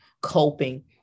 coping